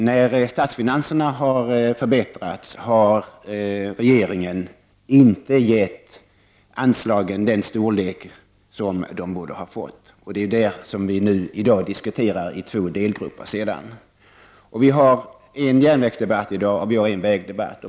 När statsfinanserna har förbättrats har re geringen inte gett anslagen den storlek som de borde ha fått, och det är detta som vi i dag diskuterar i två delavsnitt, en järnvägsdebatt och en vägdebatt.